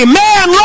man